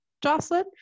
Jocelyn